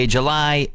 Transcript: July